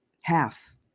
half